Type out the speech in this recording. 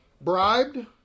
bribed